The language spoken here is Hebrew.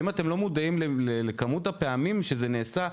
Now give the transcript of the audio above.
אם אתם לא מודעים לכמות הפעמים שזה נעשה,